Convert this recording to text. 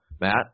Matt